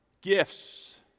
gifts